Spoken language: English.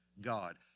God